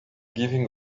giving